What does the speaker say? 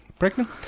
pregnant